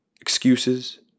excuses